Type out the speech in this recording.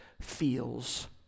feels